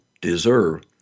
deserve